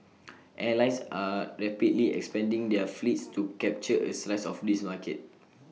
airlines are rapidly expanding their fleets to capture A slice of this market